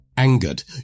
Angered